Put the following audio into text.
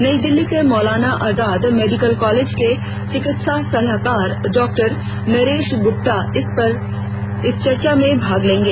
नई दिल्ली के Maulana Azad medical college के चिकित्सा सलाहकार डॉक्टर नरेश गुप्ता इस चर्चा में भाग लेंगे